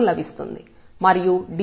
41 లభిస్తుంది మరియు dy విలువ 0